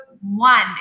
one